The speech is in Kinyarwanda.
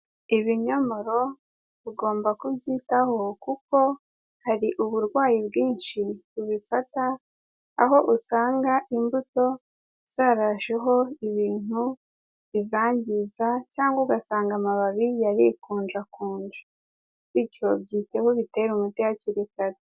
Ibinyomoro ugomba kubyitaho kuko hari uburwayi bwinshi bubifata aho usanga imbuto zarajeho ibintu bizangiza cyangwa ugasanga amababi yarikunjakunje, bityo byiteho ubitere umuti hakiri kare.